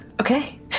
Okay